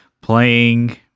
playing